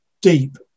deep